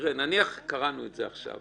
קראנו את זה עכשיו.